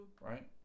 Right